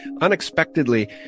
unexpectedly